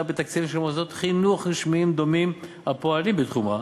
בתקציבים של מוסדות חינוך רשמיים דומים הפועלים בתחומה,